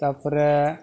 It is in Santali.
ᱛᱟᱨᱯᱚᱨᱮ